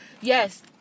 yes